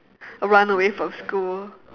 run away from school